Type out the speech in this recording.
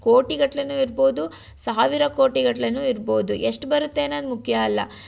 ಕೋಟಿಗಟ್ಲೆಯೂ ಇರ್ಬೋದು ಸಾವಿರ ಕೋಟಿಗಟ್ಲೆಯೂ ಇರ್ಬೋದು ಎಷ್ಟು ಬರುತ್ತೆ ಅನ್ನೋದು ಮುಖ್ಯ ಅಲ್ಲ